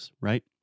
right